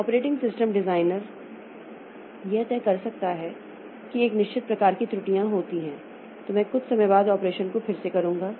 तो operating system designer यह तय कर सकता है कि एक निश्चित प्रकार की त्रुटियां होती हैं तो मैं कुछ समय बाद ऑपरेशन को फिर से करूंगा